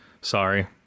Sorry